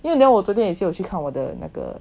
因为我昨天也是去看我的